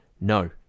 No